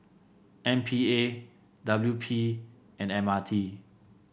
M P A W P and M R T